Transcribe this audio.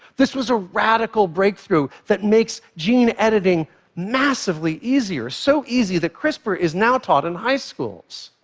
this was a radical breakthrough that makes gene editing massively easier so easy that crispr is now taught in high schools.